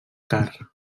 car